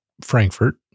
Frankfurt